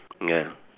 ya